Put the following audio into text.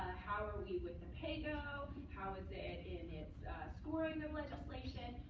how are we with the pay go? how is it in its scoring of legislation?